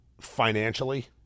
financially